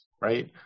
right